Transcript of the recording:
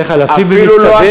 איך, אלפים במצטבר?